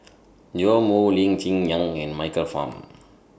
Joash Moo Lee Cheng Yan and Michael Fam